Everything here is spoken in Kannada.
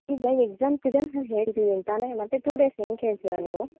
ಈಗ ಎಕ್ಸಾಮ್ಸ್ ಇದೆ ಅಂತ ನಾನು ಹೇಳ್ತಿದೀನಿ ತಾನೆ ಮತ್ತೆ ಟು ಡೇಸ್ ಹೆಂಗ್ ಕೇಳ್ತೀರ ನೀವು